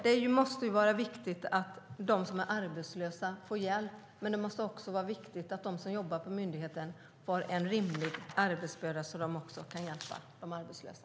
Det måste vara viktigt att de som är arbetslösa får hjälp, men det måste också vara viktigt att de som jobbar på myndigheten har en rimlig arbetsbörda - så att de kan hjälpa de arbetslösa.